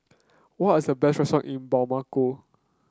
what are the best restaurant in Bamako